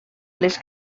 les